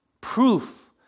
Proof